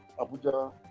Abuja